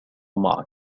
معك